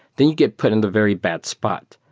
then you get put in the very bad spot.